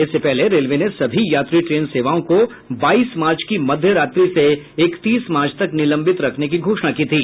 इससे पहले रेलवे ने सभी यात्री ट्रेन सेवाओं को बाईस मार्च की मध्य रात्रि से इकतीस मार्च तक निलंबित रखने की घोषणा की थी